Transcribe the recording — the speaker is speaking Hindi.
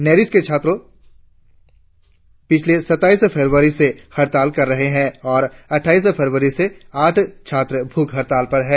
नेरिस्ट के छात्र संघ पिछले सत्ताईस फरवरी से हड़ताल कर रहे है और अट्ठाईस फरवरी से आठ छात्र भूख हड़ताल पर है